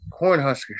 Cornhuskers